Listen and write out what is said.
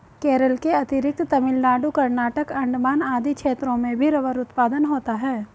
केरल के अतिरिक्त तमिलनाडु, कर्नाटक, अण्डमान आदि क्षेत्रों में भी रबर उत्पादन होता है